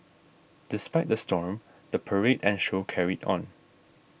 despite the storm the parade and show carried on